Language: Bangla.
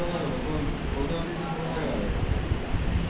ব্যবসা করে টাকা বারবার লিগে যে লেনদেন হতিছে